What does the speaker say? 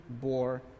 bore